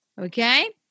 Okay